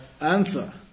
answer